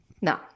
No